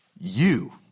You